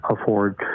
afford